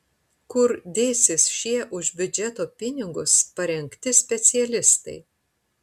kur dėsis šie už biudžeto pinigus parengti specialistai